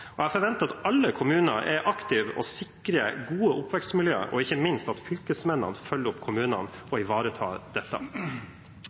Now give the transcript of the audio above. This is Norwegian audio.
Jeg forventer at alle kommuner er aktive i å sikre gode oppvekstmiljø, og ikke minst at fylkesmennene følger opp kommunene og